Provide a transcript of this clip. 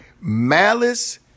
malice